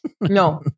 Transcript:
No